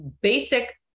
basic